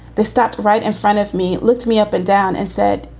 they stopped right in front of me. it looked me up and down and said,